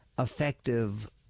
effective